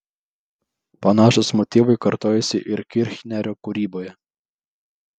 panašūs motyvai kartojosi ir kirchnerio kūryboje